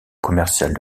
commercial